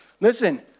Listen